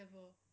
never